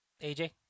AJ